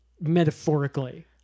metaphorically